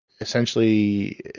Essentially